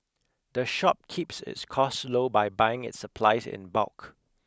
the shop keeps its costs low by buying its supplies in bulk